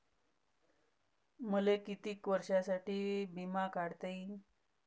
मले कितीक वर्षासाठी बिमा काढता येईन?